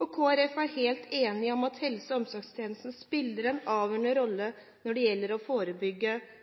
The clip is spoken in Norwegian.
og Kristelig Folkeparti er helt enig i at helse- og omsorgstjenesten spiller en avgjørende rolle når det gjelder å forebygge,